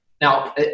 Now